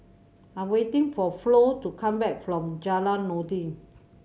I'm waiting for Flo to come back from Jalan Noordin